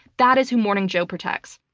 that is who morning joe protects.